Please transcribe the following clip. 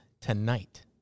tonight